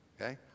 okay